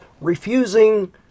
refusing